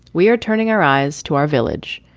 we are turning our eyes to our village.